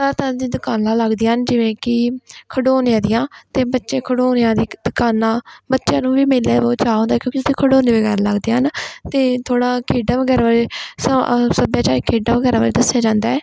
ਤਰ੍ਹਾਂ ਤਰ੍ਹਾਂ ਦੀਆਂ ਦੁਕਾਨਾਂ ਲੱਗਦੀਆਂ ਹਨ ਜਿਵੇਂ ਕਿ ਖਿਡੌਣਿਆਂ ਦੀਆਂ ਅਤੇ ਬੱਚੇ ਖਿਡੌਣਿਆਂ ਦੀ ਦੁਕਾਨਾਂ ਬੱਚਿਆਂ ਨੂੰ ਵੀ ਮੇਲਿਆਂ ਦਾ ਬਹੁਤ ਚਾਅ ਹੁੰਦਾ ਹੈ ਕਿਉਂਕਿ ਉੱਥੇ ਖਿਡੌਣੇ ਵਗੈਰਾ ਲੱਗਦੇ ਹਨ ਅਤੇ ਥੋੜ੍ਹਾ ਖੇਡਾਂ ਵਗੈਰਾ ਬਾਰੇ ਸਾ ਸੱਭਿਆਚਾਰਿਕ ਖੇਡਾਂ ਵਗੈਰਾ ਬਾਰੇ ਦੱਸਿਆ ਜਾਂਦਾ ਹੈ